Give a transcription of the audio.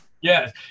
Yes